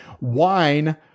wine